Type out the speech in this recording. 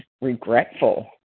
regretful